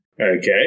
Okay